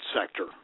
sector